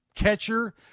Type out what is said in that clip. catcher